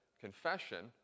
confession